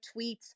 tweets